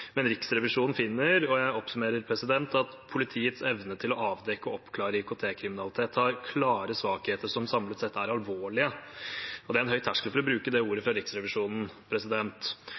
men Riksrevisjonen finner – og jeg oppsummerer: «Politiets evne til å avdekke og oppklare IKT-kriminalitet har klare svakheter som samlet sett er alvorlige». Det er en høy terskel for å bruke det ordet for Riksrevisjonen.